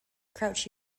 crouch